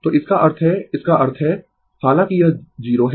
Refer Slide Time 1223 तो इसका अर्थ है इसका अर्थ है हालांकि यह 0 है